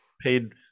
paid